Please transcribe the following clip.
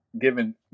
given